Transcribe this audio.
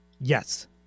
Yes